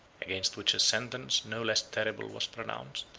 against which a sentence no less terrible was pronounced.